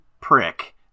prick